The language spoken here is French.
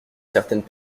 certaines